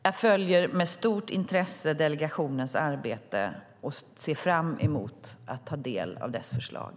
Jag följer med stort intresse delegationens arbete och ser fram emot att ta del av dess förslag.